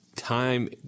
Time